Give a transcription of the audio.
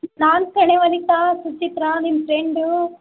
ನಾನು ಕಣೆ ವನಿತಾ ಸುಚಿತ್ರ ನಿನ್ನ ಫ್ರೆಂಡ್